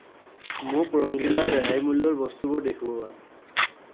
মোক ৰংগীলাৰ ৰেহাই মূল্যৰ বস্তুবোৰ দেখুওৱা